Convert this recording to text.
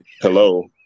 Hello